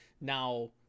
Now